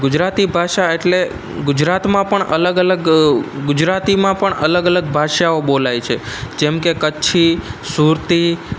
ગુજરાતી ભાષા એટલે ગુજરાતમાં પણ અલગ અલગ ગુજરાતીમાં પણ અલગ અલગ ભાષાઓ બોલાય છે જેમકે કચ્છી સુરતી